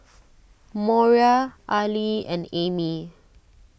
Moriah Arly and Amy